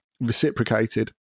reciprocated